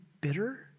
bitter